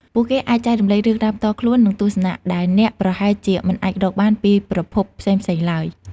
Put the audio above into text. ពួកគេអាចចែករំលែក រឿងរ៉ាវផ្ទាល់ខ្លួន និងទស្សនៈ ដែលអ្នកប្រហែលជាមិនអាចរកបានពីប្រភពផ្សេងៗឡើយ។